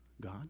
God